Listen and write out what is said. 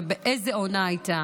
ואיזו עונה הייתה.